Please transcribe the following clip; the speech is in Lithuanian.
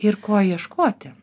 ir ko ieškoti